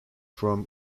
from